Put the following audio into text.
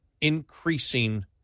increasing